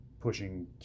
pushing